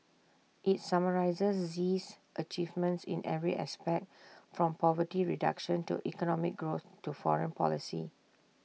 IT summarises Xi's achievements in every aspect from poverty reduction to economic growth to foreign policy